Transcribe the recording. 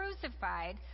crucified